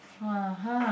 !huh! !huh!